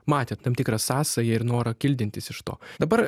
matė tam tikrą sąsają ir norą kildintis iš to dabar